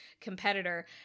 competitor